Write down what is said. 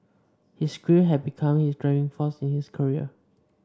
his grief had become his driving force in his career